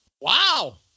wow